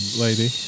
lady